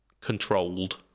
controlled